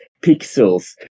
pixels